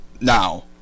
now